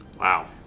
Wow